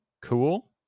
cool